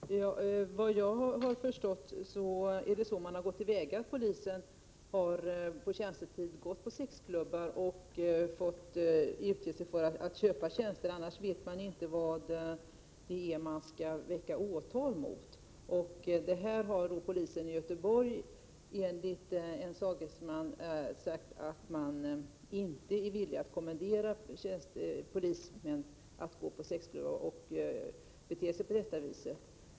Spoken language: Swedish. Fru talman! Vad jag har förstått har man gått till väga så, att poliser på tjänstetid gått på sexklubbar och utgivit sig för att vilja köpa tjänster — annars vet man ju inte vad det är man skall väcka åtal för. Polisen i Göteborg har enligt min sagesman uttalat att man inte är villig att kommendera polismän att gå på sexklubbar och bete sig på det sättet.